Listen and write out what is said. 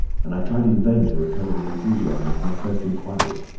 and i tried in vain to recover the enthusiasm of my first inquiries,